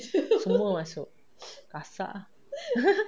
semua masuk gasak ah